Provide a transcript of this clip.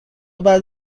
بعد